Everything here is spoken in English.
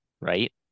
right